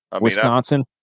Wisconsin